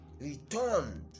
returned